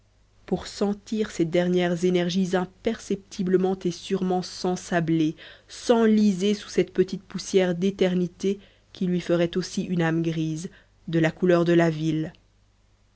pour sentir ses dernières énergies imperceptiblement et sûrement s'ensabler s'enliser sous cette petite poussière d'éternité qui lui ferait aussi une âme grise de la couleur de la ville